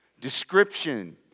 Description